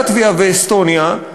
לטביה ואסטוניה,